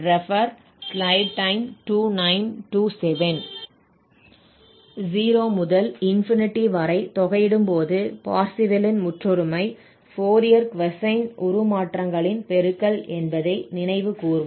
0 முதல் வரை தொகையிடும்போது பர்சேவல் Parseval's ன் முற்றொருமை ஃபோரியர் கொசைன் உருமாற்றங்களின் பெருக்கல் என்பதை நினைவு கூர்வோம்